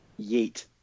Yeet